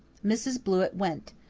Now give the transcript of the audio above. mrs. blewett went,